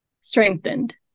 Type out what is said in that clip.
strengthened